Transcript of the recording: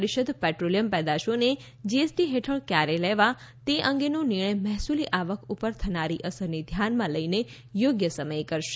પરીષદ petroleum પેદાશોને GST હેઠળ કયારે લેવા તે અંગેનો નિર્ણય મહેસૂલી આવક ઉપર થનારી અસરને ધ્યાનમાં લઇને યોગ્ય સમયે કરશે